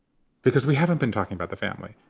because we haven't been talking about the family.